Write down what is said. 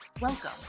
welcome